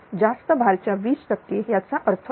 जास्त भारच्या 20 टक्के याचा अर्थ आहे